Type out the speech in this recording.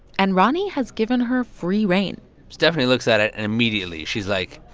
and roni has given her free reign stephani looks at it, and immediately, she's like,